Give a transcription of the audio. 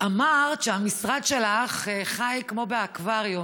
אמרת שהמשרד שלך חי כמו באקווריום.